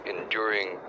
enduring